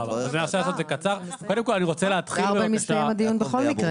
בשעה 16:00 בכל מקרה מסתיים הדיון.